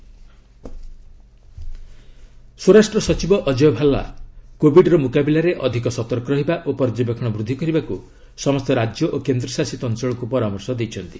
home secretary states ସ୍ୱରାଷ୍ଟ ସଚିବ ଅଜୟ ଭାଲା କୋବିଡର ମ୍ରକାବିଲାରେ ଅଧିକ ସତର୍କ ରହିବା ଓ ପର୍ଯ୍ୟବେକ୍ଷଣ ବୃଦ୍ଧି କରିବାକୁ ସମସ୍ତ ରାଜ୍ୟ ଓ କେନ୍ଦଶାସିତ ଅଞ୍ଚଳକ୍ତ ପରାମର୍ଶ ଦେଇଛନ୍ତି